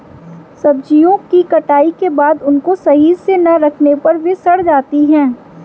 सब्जियों की कटाई के बाद उनको सही से ना रखने पर वे सड़ जाती हैं